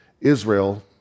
Israel